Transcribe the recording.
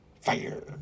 Fire